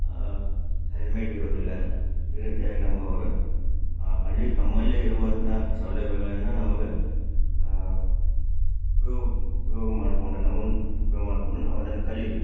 helmet ಇರೋದಿಲ್ಲ ಈ ರೀತಿಯಾಗಿ ನಮಗವರು ಅಲ್ಲಿ ತಮ್ಮಲ್ಲಿ ಇರುವಂತಹ ಸೌಲಭ್ಯಗಳನ್ನು ನಮಗೆ ಉಪ್ಯೋಗ್ ಉಪಯೋಗ ಮಾಡಿಕೊಂಡು ನಮಗೆ ಉಪಯೋಗ ಮಾಡಿಕೊಂಡು ನಾವದನ್ನು ಕಲೀಬೇಕು